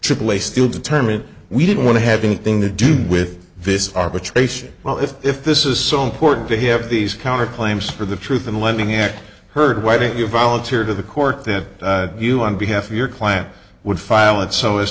aaa still determined we didn't want to have anything to do with this arbitration well if if this is so important to have these counter claims for the truth in lending act heard why didn't you volunteer to the court that you on behalf of your client would file it so as